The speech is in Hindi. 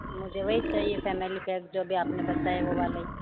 मुझे वहीं चाहिए फैमिली पैक जो अभी आपने बताया वो वाली